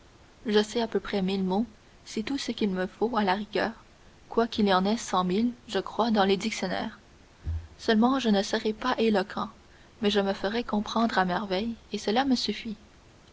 je sais à peu près mille mots c'est tout ce qu'il me faut à la rigueur quoiqu'il y en ait cent mille je crois dans les dictionnaires seulement je ne serai pas éloquent mais je me ferai comprendre à merveille et cela me suffit